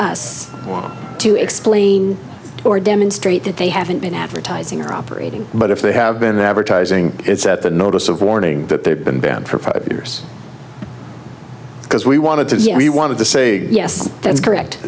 or to explain or demonstrate that they haven't been advertising or operating but if they have been advertising it's at the notice of warning that they've been banned for five years because we wanted to we wanted to say yes that's correct